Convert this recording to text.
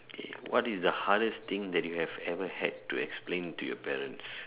okay what is the hardest thing that you have ever had to explain to your parents